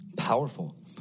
powerful